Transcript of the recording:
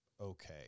okay